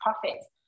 profits